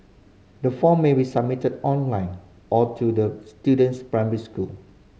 the form may be submitted online or to the student's primary school